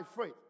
faith